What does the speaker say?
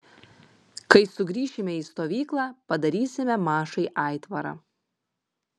kai sugrįšime į stovyklą padarysime mašai aitvarą